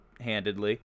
handedly